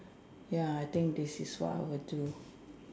ya I think this is what I would do